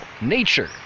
nature